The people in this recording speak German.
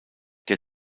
der